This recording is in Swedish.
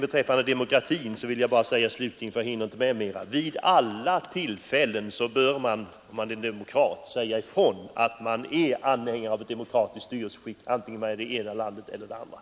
Beträffande demokratin vill jag säga att man, om man är demokrat, vid alla tillfällen bör säga ifrån att man är anhängare av ett demokratiskt styrelseskick.